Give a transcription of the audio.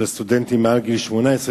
של הסטודנטים מעל גיל 18,